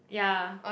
ya